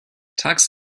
tux